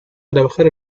trabajar